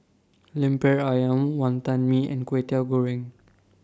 Lemper Ayam Wantan Mee and Kwetiau Goreng